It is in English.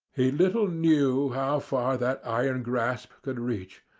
he little knew how far that iron grasp could reach,